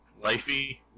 Lifey